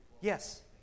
Yes